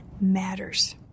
matters